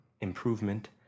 Improvement